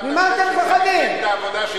מה אתה חושב שזה מפלגת העבודה,